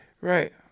Right